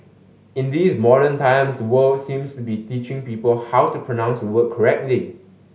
in these modern times the world seems to be teaching people how to pronounce word correctly